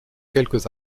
quelques